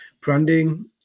branding